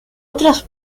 otras